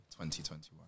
2021